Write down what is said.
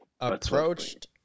approached